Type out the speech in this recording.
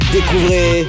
Découvrez